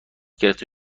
گرفته